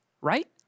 right